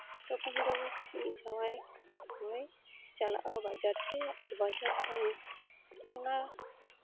ᱛᱚᱠᱷᱚᱱ ᱤᱧᱤᱡ ᱡᱟᱶᱟᱭ ᱦᱚᱭ ᱪᱟᱞᱟᱜᱼᱟ ᱵᱟᱡᱟᱨ ᱛᱮ ᱟᱨ ᱵᱟᱡᱟᱨ ᱠᱷᱚᱱ ᱚᱱᱟ